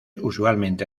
usualmente